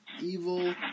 evil